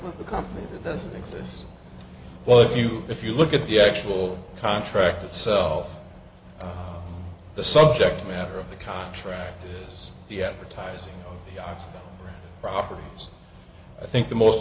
with a company that doesn't exist well if you if you look at the actual contract itself the subject matter of the contract is the advertising properties i think the most